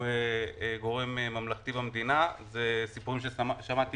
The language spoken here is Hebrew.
גורם ממלכתי במדינה אלא אלה סיפורים ששמעתי